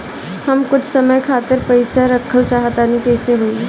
हम कुछ समय खातिर पईसा रखल चाह तानि कइसे होई?